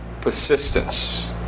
persistence